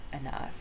enough